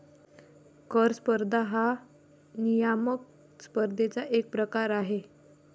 कर स्पर्धा हा नियामक स्पर्धेचा एक प्रकार आहे